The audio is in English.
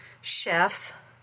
Chef